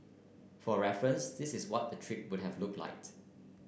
for reference this is what the trip would have looked like